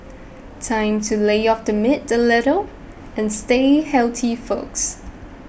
time to lay off the meat a little and stay healthy folks